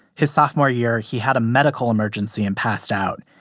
his sophomore year, he had a medical emergency and passed out.